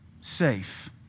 safe